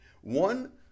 One